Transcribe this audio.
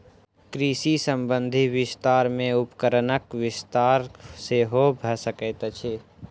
कृषि संबंधी विस्तार मे उपकरणक विस्तार सेहो भ सकैत अछि